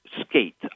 skate